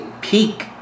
peak